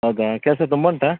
ಹೌದಾ ಕೆಲಸ ತುಂಬ ಉಂಟಾ